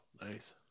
nice